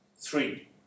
three